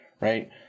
Right